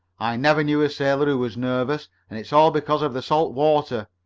i never knew a sailor who was nervous, and it's all because of the salt water.